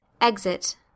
Exit